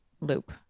loop